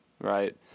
right